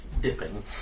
dipping